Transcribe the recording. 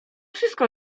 wszystko